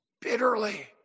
bitterly